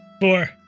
Four